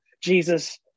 Jesus